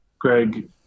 Greg